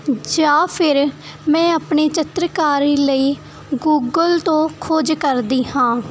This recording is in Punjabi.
ਜਾਂ ਫਿਰ ਮੈਂ ਆਪਣੀ ਚਿਤਰਕਾਰੀ ਲਈ ਗੂਗਲ ਤੋਂ ਖੋਜ ਕਰਦੀ ਹਾਂ